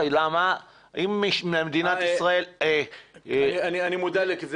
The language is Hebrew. אם מישהו במדינת ישראל --- אני מודע לזה